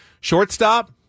shortstop